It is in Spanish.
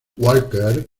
walker